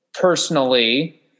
personally